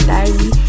Diary